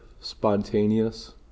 spontaneous